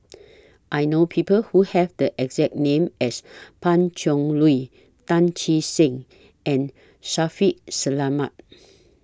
I know People Who Have The exact name as Pan Cheng Lui Tan Che Sang and Shaffiq Selamat